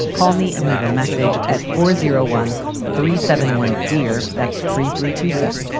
call me and leave a message at four zero one three seven one, dear. that's three three two seven.